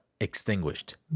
extinguished